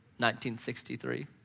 1963